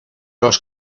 los